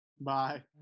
Bye